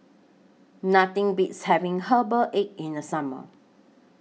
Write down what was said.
Nothing Beats having Herbal Egg in The Summer